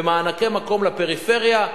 במענקי מקום לפריפריה.